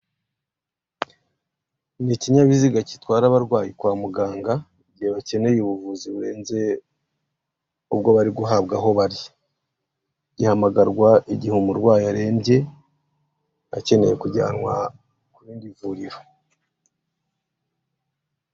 Ni ikinyabiziga gitwara abarwayi kwa muganga igihe bakeneye ubuvuzi burenze ubwo bari guhabwa aho bari, gihamagarwa igihe umurwayi arembye akeneye kujyanwa ku rindi vuriro.